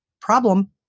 problem